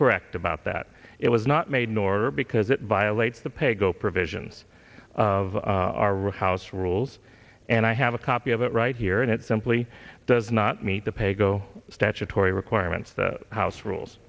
correct about that it was not made nor because it violates the paygo provisions of our or house rules and i have a copy of it right here and it simply does not meet the paygo statutory requirements the house rules